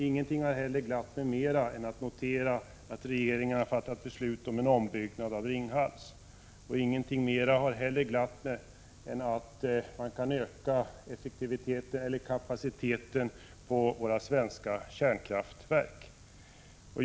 Ingenting har vidare glatt mig mera än att notera att regeringen har fattat beslut om en ombyggnad av Ringhals, och ingenting har heller glatt mig mera än att man kan öka kapaciteten på våra svenska kärnkraftverk.